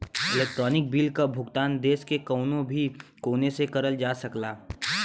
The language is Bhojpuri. इलेक्ट्रानिक बिल क भुगतान देश के कउनो भी कोने से करल जा सकला